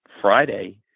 Friday